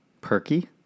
Perky